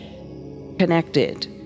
connected